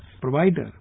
provider